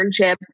internship